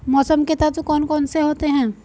मौसम के तत्व कौन कौन से होते हैं?